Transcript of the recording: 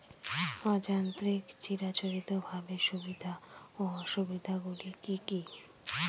অযান্ত্রিক চিরাচরিতভাবে সুবিধা ও অসুবিধা গুলি কি কি?